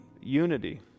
unity